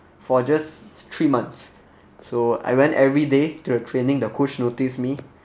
for just three months so I went every day to the training the coach notice me